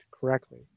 correctly